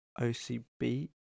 OCB